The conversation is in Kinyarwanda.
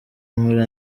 muri